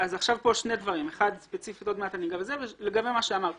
אנחנו יודעים